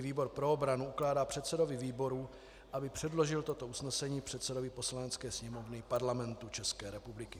Výbor pro obranu ukládá předsedovi výboru, aby předložil toto usnesení předsedovi Poslanecké sněmovny Parlamentu České republiky.